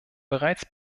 bereits